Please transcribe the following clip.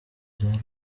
byari